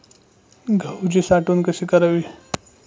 गहूची साठवण कशी करावी?